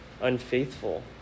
unfaithful